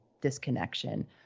disconnection